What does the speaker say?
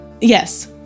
Yes